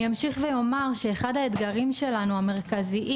אני אמשיך ואומר שאחד האתגרים המרכזיים